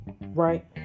right